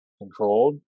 controlled